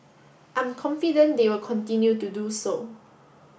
I'm confident they will continue to do so